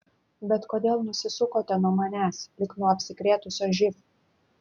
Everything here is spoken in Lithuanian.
bet kodėl nusisukote nuo manęs lyg nuo apsikrėtusio živ